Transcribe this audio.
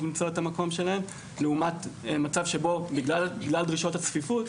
למצוא את המקום שלהן לעומת מצב שבו בגלל דרישות הצפיפות,